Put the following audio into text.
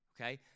Okay